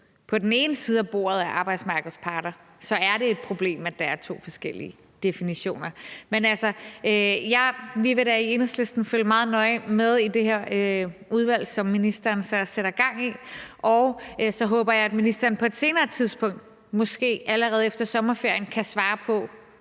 på den ene side af bordet hos arbejdsmarkedets parter, er det et problem, at der er to forskellige definitioner. Men altså, vi vil da i Enhedslisten følge meget nøje med i det her udvalg, som ministeren sætter gang i, og så håber jeg, at ministeren på et senere tidspunkt, måske allerede efter sommerferien, kan svare på,